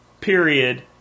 period